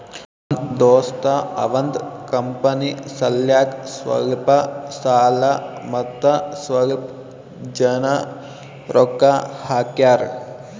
ನಮ್ ದೋಸ್ತ ಅವಂದ್ ಕಂಪನಿ ಸಲ್ಯಾಕ್ ಸ್ವಲ್ಪ ಸಾಲ ಮತ್ತ ಸ್ವಲ್ಪ್ ಜನ ರೊಕ್ಕಾ ಹಾಕ್ಯಾರ್